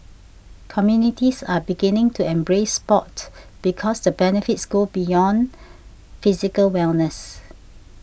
communities are beginning to embrace sport because the benefits go beyond physical wellness